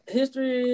history